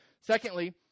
Secondly